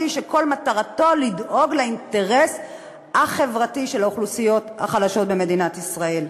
שכל מטרתו לדאוג לאינטרס החברתי של האוכלוסיות החלשות במדינת ישראל.